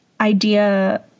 idea